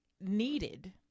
needed